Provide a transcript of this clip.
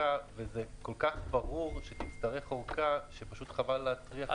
כל כך ברור שנצטרך אורכה, שפשוט חבל להטריח.